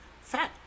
fat